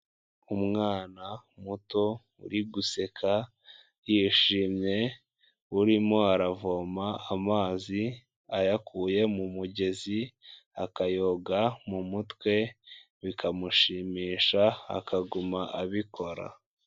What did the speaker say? Umwana muto uri guseka yishimye buririmo aravoma amazi ayakuye mu mugezi akayoga mu mutwe bikamushimisha akaguma abikora.